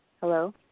Hello